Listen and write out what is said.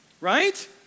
right